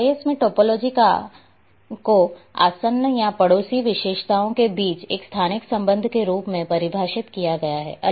GIS में topology को आसन्न या पड़ोसी विशेषताओं के बीच एक स्थानिक संबंध के रूप में परिभाषित किया गया है